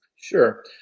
Sure